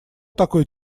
такой